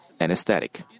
anesthetic